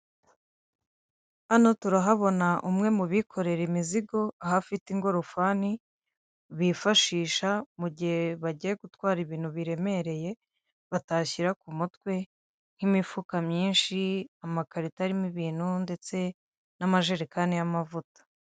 Hano turahabona umwe mu bikorera imizigo aho afite ingorofani bifashisha mu gihe bagiye gutwara ibintu biremereye batashyira ku mutwe nk'imifuka myinshi, amakarito arimo ibintu ndetse n'amajerekani y'amavuta.